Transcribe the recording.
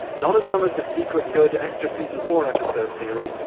not as dumb as the secret good extra season four episode theory,